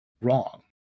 wrong